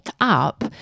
up